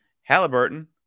Halliburton –